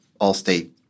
Allstate